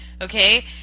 okay